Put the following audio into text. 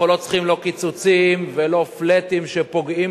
אנחנו לא צריכים קיצוצים ו"פלאטים" שפוגעים